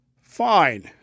Fine